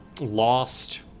lost